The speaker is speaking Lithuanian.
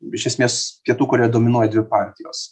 iš esmės pietų korėjoj dominuoja dvi partijos